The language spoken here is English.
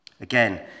Again